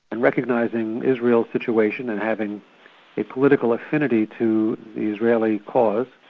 and recognising israel's situation in having the political affinity to the israeli cause,